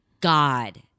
God